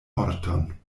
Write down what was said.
morton